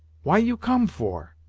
why you come for?